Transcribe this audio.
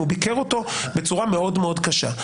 הוא ביקר אותו בצורה מאוד מאוד קשה.